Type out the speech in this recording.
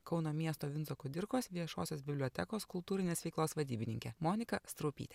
kauno miesto vinco kudirkos viešosios bibliotekos kultūrinės veiklos vadybininkė monika straupytė